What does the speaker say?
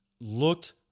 looked